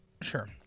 Sure